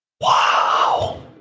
Wow